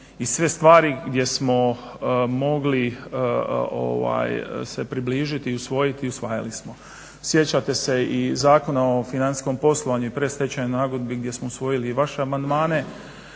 i sve stvari gdje smo mogli se približiti i usvojiti i usvajali smo. Sjećate se i Zakona o financijskom poslovanju i predstečajnoj nagodbi gdje smo usvojili vaše amandmane,